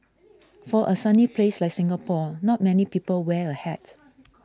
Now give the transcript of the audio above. for a sunny place like Singapore not many people wear a hat